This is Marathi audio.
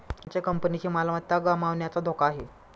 आमच्या कंपनीची मालमत्ता गमावण्याचा धोका आहे